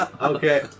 Okay